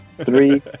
Three